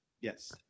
Yes